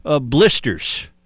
Blisters